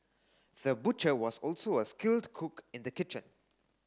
the butcher was also a skilled cook in the kitchen